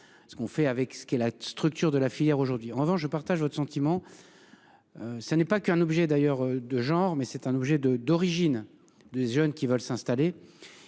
Ce qu'on fait avec ce qu'est la structure de la filière aujourd'hui en revanche, je partage votre sentiment. Ça n'est pas qu'un objet d'ailleurs de genre mais c'est un objet de d'origine de jeunes qui veulent s'installer,